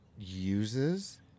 uses